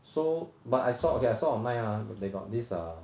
so but I saw okay I saw online ah they got this err